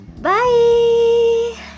bye